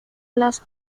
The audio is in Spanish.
las